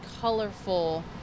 colorful